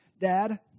Dad